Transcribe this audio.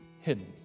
hidden